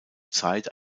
zeit